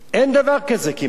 אין דבר כזה כמעט.